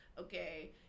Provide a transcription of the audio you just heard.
okay